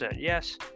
yes